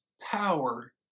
power